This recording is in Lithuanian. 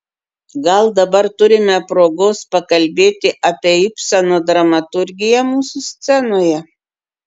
gal dabar turime progos pakalbėti apie ibseno dramaturgiją mūsų scenoje